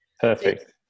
Perfect